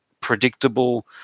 predictable